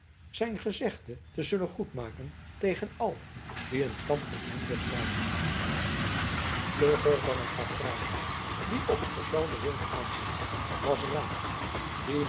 zijn gezegde te zullen goedmaken tegen al wie een kamp met hem dorst wagen vlugger dan een patrijshond die op het gevelde wild aanschiet was reinout die